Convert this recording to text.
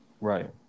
Right